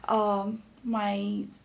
um my